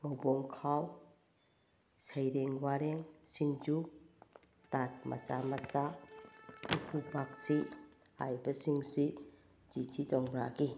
ꯉꯧꯕꯣꯡ ꯈꯥꯎ ꯁꯩꯔꯦꯡ ꯋꯥꯔꯦꯡ ꯁꯤꯡꯖꯨ ꯇꯥꯠ ꯃꯆꯥ ꯃꯆꯥ ꯎꯄꯨ ꯄꯥꯛꯁꯤ ꯍꯥꯏꯔꯤꯕꯁꯤꯡꯁꯤ ꯖꯤ ꯁꯤ ꯇꯣꯡꯕ꯭ꯔꯥꯒꯤ